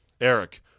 Eric